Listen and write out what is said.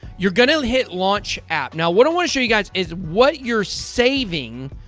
you're gonna hit launch app. now, what i want to show you guys is what you're saving,